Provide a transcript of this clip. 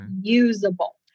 usable